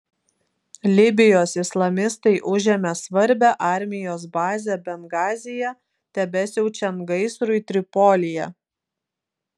libijos islamistai užėmė svarbią armijos bazę bengazyje tebesiaučiant gaisrui tripolyje